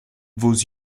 vos